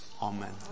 Amen